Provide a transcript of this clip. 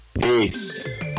Peace